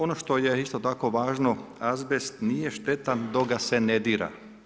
Ono što je isto tako važno, azbest nije štetan dok ga se ne dira.